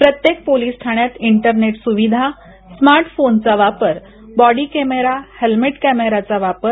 प्रत्येक पोलीस ठाण्यात इंटरनेट सुविधा स्मार्ट फोनचा वापर बॉडी कॅमेरा हेल्मेट कॅमेरा चा वापर